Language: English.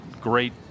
great